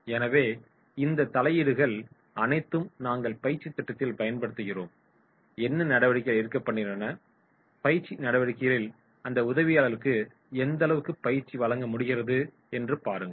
எனவே இந்த தலையீடுகள் அனைத்தும் நாங்கள் பயிற்சித் திட்டத்தில் பயன்படுத்துகிறோம் என்ன நடவடிக்கைகள் எடுக்கப்படுகின்றன பயிற்சி நடவடிக்கைகளில் அந்த உதவியாளர்களுக்கு எந்தளவுக்கு பயிற்சி வழங்க முடிகிறது என்று பாருங்கள்